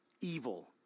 evil